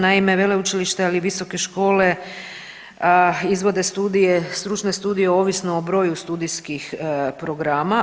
Naime, veleučilišta ali i visoke škole izvode studije, stručne studije ovisno o broju studijskih programa.